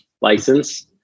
license